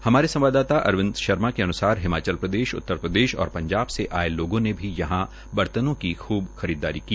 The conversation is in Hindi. हमारे संवाददाता अरविंद शर्मा के अन्सार हिमाचल प्रदेश उत्तरप्रदेश और पंजाब से आये लोग ने भी यहां बर्तनों की खूब खरीददारी की